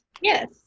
Yes